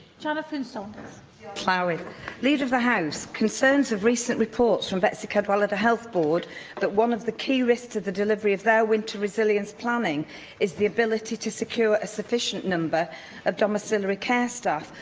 janet finch-saunders am leader of the house, concerns of recent reports from betsi cadwaladr health board that one of the key risks to the delivery of their winter resilience planning is the ability to secure a sufficient number of domiciliary care staff,